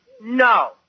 No